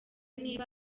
niba